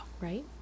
Right